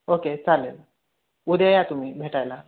okay चालेल उद्या या तुम्ही भेटायला